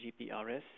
GPRS